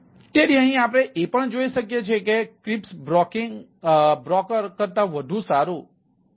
તેથી અહીં આપણે એ પણ જોઈ શકીએ છીએ કે તે ક્રિસ્પ બ્રોકિંગ કરતા વધુ સારું છે